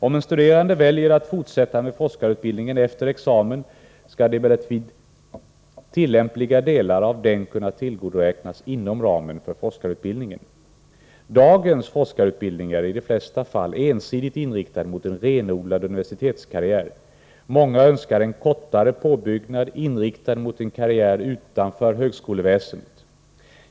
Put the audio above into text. Om en studerande väljer att fortsätta med forskarutbildningen efter examen skall emellertid tillämpliga delar av den kunna tillgodoräknas inom ramen för forskarutbildningen. Dagens forskarutbildning är i de flesta fall ensidigt inriktad mot en renodlad universitetskarriär. Många önskar en kortare påbyggnad inriktad mot en karriär utanför högskoleväsendet.